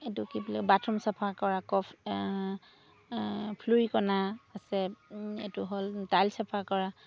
এইটো কি বুলি বাথৰুম চাফা কৰা আছে এইটো হ'ল টাইলছ চাফা কৰা